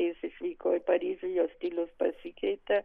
jis išvyko į paryžių jo stilius pasikeitė